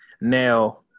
Now